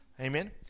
Amen